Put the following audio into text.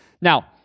Now